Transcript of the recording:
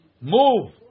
move